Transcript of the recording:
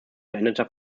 veränderter